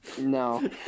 no